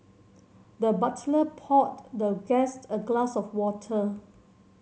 the butler poured the guest a glass of water